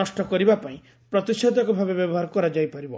ନଷ୍ଟ କରିବା ପାଇଁ ପ୍ରତିଷେଧକ ଭାବେ ବ୍ୟବହାର କରାଯାଇ ପାରିବ